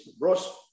Ross